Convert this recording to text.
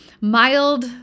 Mild